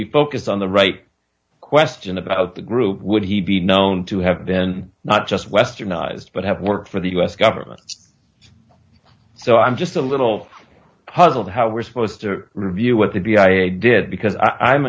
be focused on the right question about the group would he be known to have been not just westernized but have worked for the u s government so i'm just a little puzzled how we're supposed to review what the b i did because i'm